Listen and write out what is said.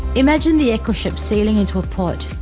imagine the ecoship sailing into a port,